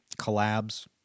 Collabs